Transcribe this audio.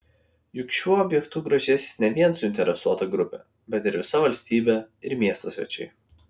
juk šiuo objektu grožėsis ne vien suinteresuota grupė bet ir visa valstybė ir miesto svečiai